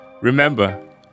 Remember